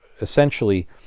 essentially